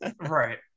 Right